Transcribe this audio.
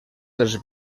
dels